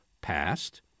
past